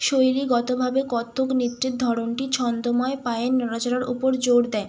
শৈলীগতভাবে কত্থক নৃত্যের ধরনটি ছন্দময় পায়ের নড়াচড়ার উপর জোর দেয়